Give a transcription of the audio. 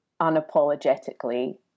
unapologetically